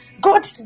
God